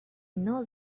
know